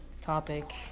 topic